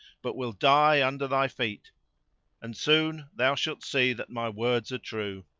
but will die under thy feet and soon thou shalt see that my words are true.